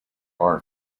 are